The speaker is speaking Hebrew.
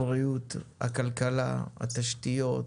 הבריאות, הכלכלה, התשתיות,